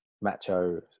macho